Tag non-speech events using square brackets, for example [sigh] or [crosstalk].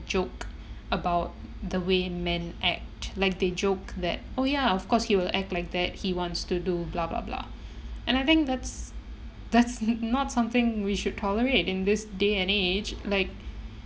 joke about the way men act like they joke that oh yeah of course he will act like that he wants to do blah blah blah and I think that's that's [laughs] not something we should tolerate in this day and age like